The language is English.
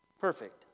Perfect